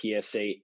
PSA